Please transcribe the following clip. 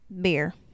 Beer